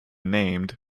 named